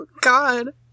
God